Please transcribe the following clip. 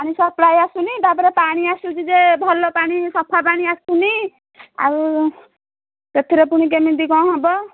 ପାଣି ସପ୍ଲାଏ ଆସୁନି ତା'ପରେ ପାଣି ଆସୁଛି ଯେ ଭଲ ପାଣି ସଫା ପାଣି ଆସୁନି ଆଉ ସେଥିରେ ପୁଣି କେମିତି କ'ଣ ହେବ